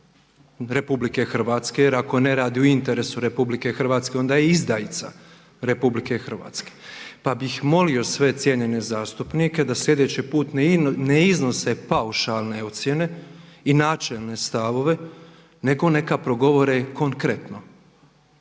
Republike Hrvatske, jer ako ne radi u interesu Republike Hrvatske onda je izdajica Republike Hrvatske. Pa bih molio sve cijenjene zastupnike da sljedeći put ne iznose paušalne ocijene i načelne stavove, nego neka progovore konkretno.